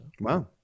Wow